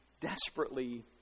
desperately